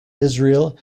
israel